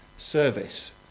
service